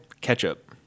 Ketchup